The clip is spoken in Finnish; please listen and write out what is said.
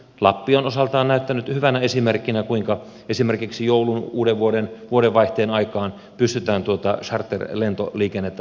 lappi on osaltaan näyttänyt hyvänä esimerkkinä kuinka esimerkiksi joulun uudenvuoden vuodenvaihteen aikaan pystytään charterlentoliikennettä saamaan aikaan